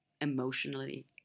emotionally